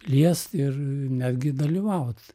liest ir netgi dalyvaut